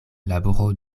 laboro